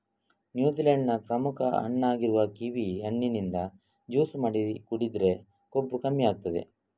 New Zealand ನ ಪ್ರಮುಖ ಹಣ್ಣಾಗಿರುವ ಕಿವಿ ಹಣ್ಣಿನಿಂದ ಜ್ಯೂಸು ಮಾಡಿ ಕುಡಿದ್ರೆ ಕೊಬ್ಬು ಕಮ್ಮಿ ಆಗ್ತದೆ